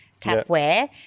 tapware